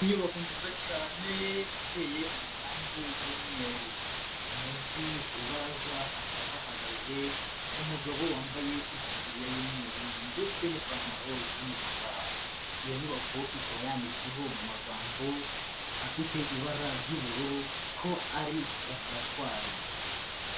Inyubako nziza cyane iteye amarangi y'umweru munsi ku rubaraza hakaba hahagaze umugabo wambaye itaburiya y'umweru ndetse n'ipantaro y'umukara, iyo nyubako ikaba yanditsweho mu magambo afite ibara ry'ubururu ko ari laboratwari.